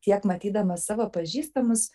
tiek matydama savo pažįstamus